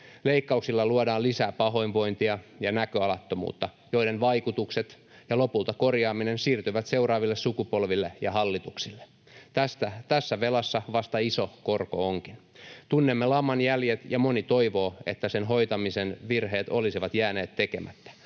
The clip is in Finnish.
Leikkauksilla luodaan lisää pahoinvointia ja näköalattomuutta, joiden vaikutukset ja lopulta korjaaminen siirtyvät seuraaville sukupolville ja hallituksille. Tässä velassa vasta iso korko onkin. Tunnemme laman jäljet, ja moni toivoo, että sen hoitamisen virheet olisivat jääneet tekemättä.